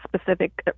specific